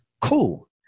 cool